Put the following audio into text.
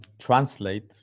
translate